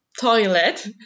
toilet